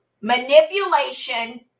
manipulation